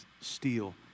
steal